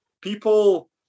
people